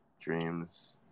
Dreams